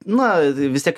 na vis tiek